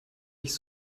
nicht